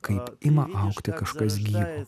kaip ima augti kažkas gyvo